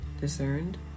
discerned